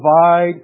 provide